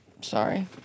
Sorry